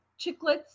chiclets